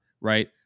Right